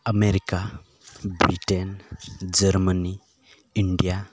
America Britain Germany India